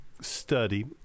study